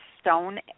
stone